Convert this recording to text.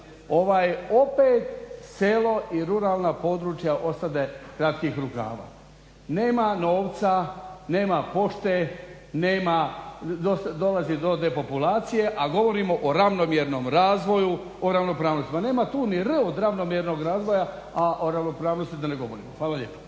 događa, opet selo i ruralna područja ostade kratkih rukava, nema novca, nema pošte, dolazi do depopulacije, a govorimo o ravnomjernom razvoju, o ravnopravnosti. Pa nema tu ni r od ravnomjernog razvoja, a o ravnopravnosti da ne govorim. Hvala lijepa.